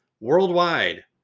worldwide